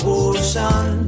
ocean